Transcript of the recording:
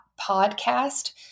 podcast